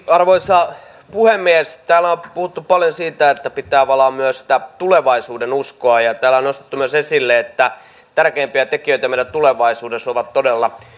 arvoisa puhemies täällä on puhuttu paljon siitä että pitää valaa myös sitä tulevaisuudenuskoa ja täällä on nostettu myös esille että tärkeimpiä tekijöitä meidän tulevaisuudessa ovat todella